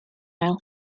style